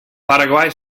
paraguay